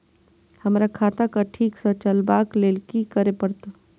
हमरा खाता क ठीक स चलबाक लेल की करे परतै